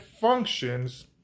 functions